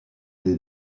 des